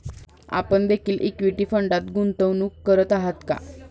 आपण देखील इक्विटी फंडात गुंतवणूक करत आहात का?